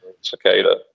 cicada